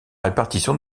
répartition